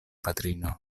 patrino